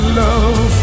love